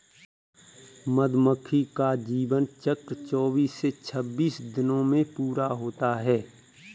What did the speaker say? मधुमक्खी का जीवन चक्र चौबीस से छब्बीस दिनों में पूरा होता है